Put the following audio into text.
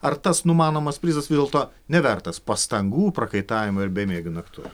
ar tas numanomas prizas vis dėlto nevertas pastangų prakaitavimo ir bemiegių naktų